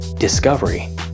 Discovery